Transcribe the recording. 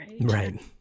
right